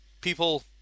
people